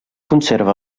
conserva